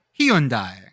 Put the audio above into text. Hyundai